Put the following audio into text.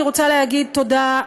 אני רוצה להגיד תודה,